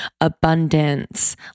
abundance